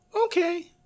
okay